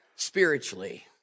spiritually